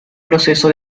proceso